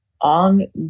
on